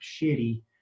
shitty